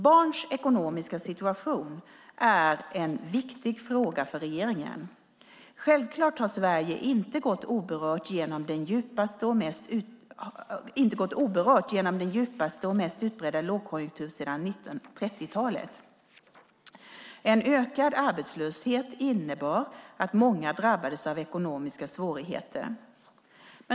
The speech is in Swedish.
Barns ekonomiska situation är en viktig fråga för regeringen. Självklart har Sverige inte gått oberört genom den djupaste och mest utbredda lågkonjunkturen sedan 1930-talet. En ökad arbetslöshet innebar att många drabbades av ekonomiska svårigheter.